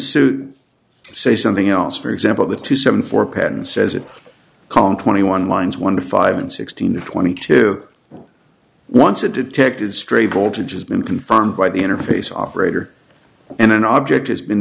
ensued say something else for example the two seven four pattern says it can twenty one lines one five and sixteen or twenty two once a detected stray voltage has been confirmed by the interface operator and an object has been